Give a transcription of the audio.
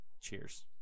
Cheers